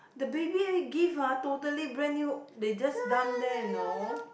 the baby gift ah totally brand new they just dump there you know